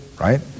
right